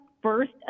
First